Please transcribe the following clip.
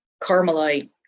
Carmelite